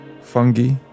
fungi